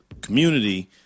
community